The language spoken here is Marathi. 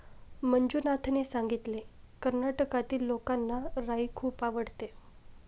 मंजुनाथने सांगितले, कर्नाटकातील लोकांना राई खूप आवडते